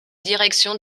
direction